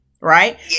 right